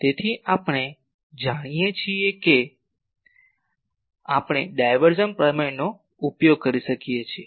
તેથી આપણે જાણીએ છીએ કે આપણે ડાયવર્ઝન પ્રમેયનો ઉપયોગ કરી શકીએ છીએ